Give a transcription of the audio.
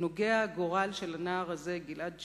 נוגע הגורל של הנער הזה, גלעד שליט,